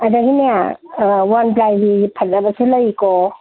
ꯑꯗꯒꯤꯅꯦ one ꯄ꯭ꯂꯥꯏꯒꯤ ꯐꯖꯕꯁꯨ ꯂꯩꯀꯣ